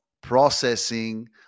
processing